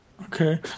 Okay